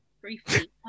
briefly